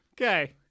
Okay